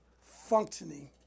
functioning